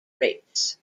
rates